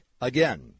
Again